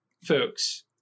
folks